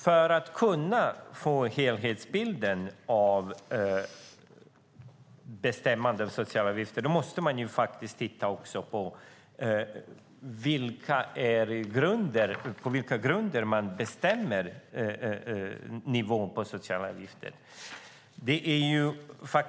För att kunna få helhetsbilden i fråga om bestämmande av socialavgifter måste man faktiskt titta på vilka grunderna är. På vilka grunder bestämmer man nivån på socialavgifterna?